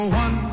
one